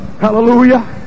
Hallelujah